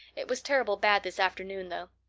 it was terrible bad this afternoon, though.